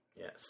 Yes